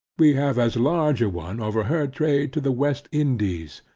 we have as large a one over her trade to the west indies,